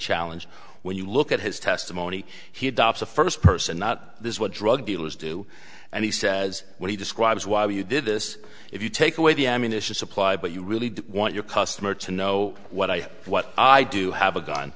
challenge when you look at his testimony he adopts a first person not this one drug dealers do and he says what he describes why you did this if you take away the ammunition supply but you really want your customer to know what i what i do have a gun